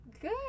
Good